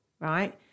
right